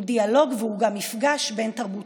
הוא דיאלוג והוא גם מפגש בין-תרבותי.